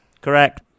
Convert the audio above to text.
correct